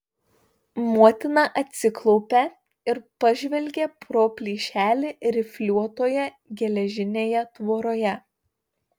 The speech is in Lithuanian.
motina atsiklaupė ir pažvelgė pro plyšelį rifliuotoje geležinėje tvoroje